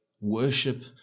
worship